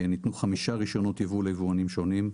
ניתנו 5 רישיונות ייבוא ליבואנים שונים.